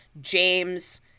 James